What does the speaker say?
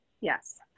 Yes